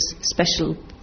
special